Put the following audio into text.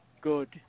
good